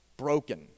broken